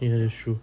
ya that's true